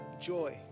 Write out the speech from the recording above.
joy